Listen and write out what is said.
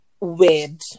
weird